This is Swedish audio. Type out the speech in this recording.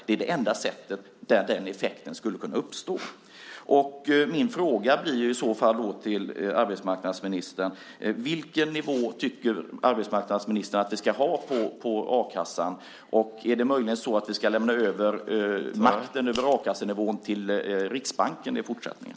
Det är det enda sättet som den effekten skulle kunna uppstå på. Min fråga blir i så fall till arbetsmarknadsministern: Vilken nivå tycker arbetsmarknadsministern att vi ska ha på a-kassan? Är det möjligen så att vi ska lämna över makten över a-kassenivån till Riksbanken i fortsättningen?